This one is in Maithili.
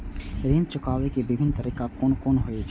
ऋण चुकाबे के विभिन्न तरीका कुन कुन होय छे?